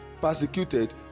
persecuted